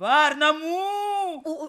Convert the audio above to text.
varna mū